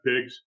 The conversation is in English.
pigs